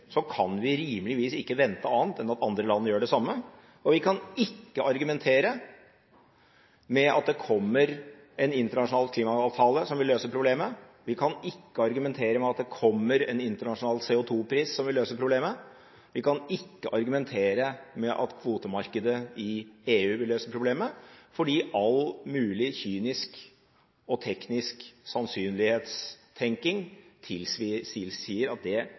Så lenge Norge har som politikk å slippe ut alt vi kan av våre ressurser, kan vi rimeligvis ikke vente annet enn at andre land gjør det samme. Vi kan ikke argumentere med at det kommer en internasjonal klimaavtale som vil løse problemet. Vi kan ikke argumentere med at det kommer en internasjonal CO2-pris som vil løse problemet, og vi kan ikke argumentere med at kvotemarkedet i EU vil løse problemet – fordi all mulig kynisk og teknisk sannsynlighetstenking